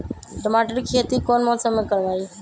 टमाटर की खेती कौन मौसम में करवाई?